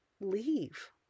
leave